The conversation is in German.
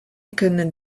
können